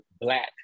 black